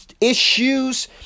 Issues